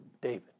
David